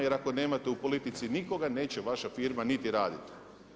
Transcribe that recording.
Jer ako nemate u politici nikoga neće vaša firma niti raditi.